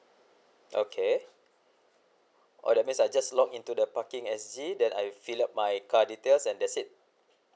okay oh that's mean I just log into the parking exit then I filled up my card details and that's it